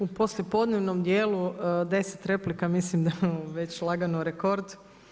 U poslijepodnevnom djelu, deset replika, mislim da već lagano rekord.